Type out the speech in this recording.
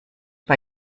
bei